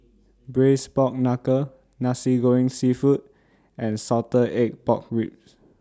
Braised Pork Knuckle Nasi Goreng Seafood and Salted Egg Pork Ribs